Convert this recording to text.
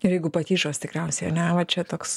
ir jeigu patyčios tikriausiai ane va čia toks